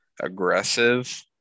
aggressive